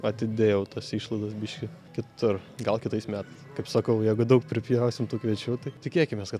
atidėjau tas išlaidas biškį kitur gal kitais metais kaip sakau jeigu daug pripjausim tų kviečių tad tikėkimės kad